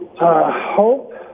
Hope